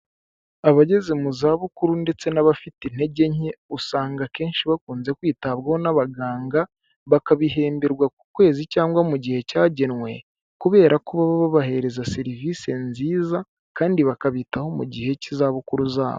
Abageze mu zabukuru ndetse n'abafite intege nke, usanga akenshi bakunze kwitabwaho n'abaganga, bakabihemberwa ku kwezi cyangwa mu gihe cyagenwe kubera ko baba babahereza serivisi nziza kandi bakabitaho mu gihe cy'izabukuru zabo.